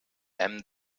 hem